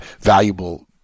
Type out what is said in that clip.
valuable